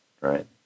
right